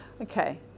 Okay